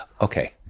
Okay